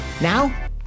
Now